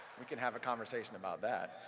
we can have a conversation about that.